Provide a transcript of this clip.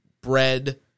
bread